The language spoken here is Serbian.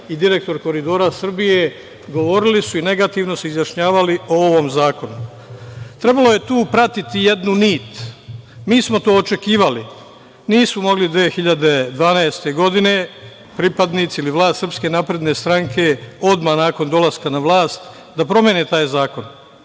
i direktor Koridora Srbije, govorili su i negativno se izjašnjavali o ovom zakonu. Trebalo je tu pratiti jednu nit. Mi smo to očekivali. Nismo mogli 2012. godine, pripadnici ili vlast SNS, odmah nakon dolaska na vlast, da promene taj zakon,